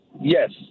Yes